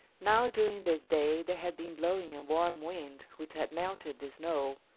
now during this day there had been blowing a warm wind which had melted the snow,